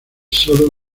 sólo